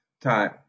Time